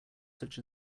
such